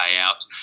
out